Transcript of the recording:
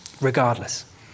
regardless